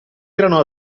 erano